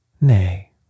Nay